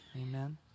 Amen